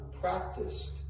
practiced